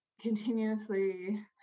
continuously